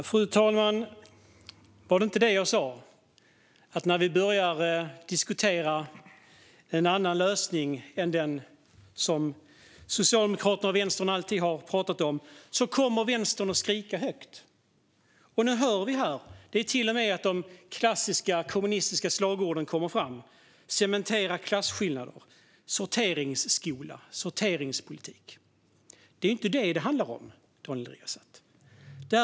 Fru talman! Var det inte det jag sa, att när vi börjar diskutera en annan lösning än den som Socialdemokraterna och Vänstern alltid har talat om kommer Vänstern att skrika högt? Nu hör vi det här. Det är till och med så att de klassiska kommunistiska slagorden kommer fram: cementera klassskillnader, sorteringsskola, sorteringspolitik. Det är inte detta det handlar om, Daniel Riazat.